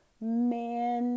man